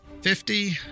fifty